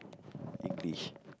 English